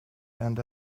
and